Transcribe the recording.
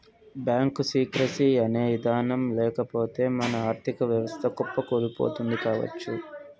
bank secrecy అనే ఇదానం లేకపోతె మన ఆర్ధిక వ్యవస్థ కుప్పకూలిపోతుంది కావచ్చు